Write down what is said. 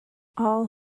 all